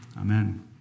Amen